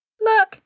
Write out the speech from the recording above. Look